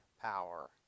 power